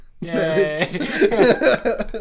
Yay